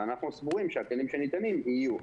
ואנחנו סבורים שהכלים שניתנים יהיו.